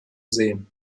sehen